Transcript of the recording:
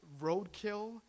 roadkill